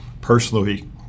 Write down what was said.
personally